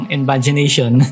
imagination